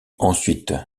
ensuite